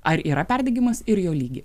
ar yra perdegimas ir jo lygį